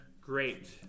great